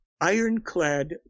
Ironclad